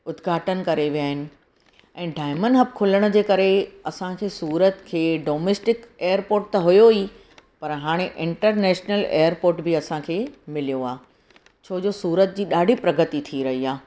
उद्दघाटन करे विया आहिनि ऐं डायमंड हब खुलण जे करे असांखे सूरत खे डोमेस्टिक एयरपोर्ट त हुओ ई पर हाणे इंटरनेशनल एयरपोर्ट बि असांखे मिलियो आहे छो जो सूरत जी ॾाढी प्रगती थी रही आहे